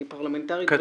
אני פרלמנטרית ותיקה.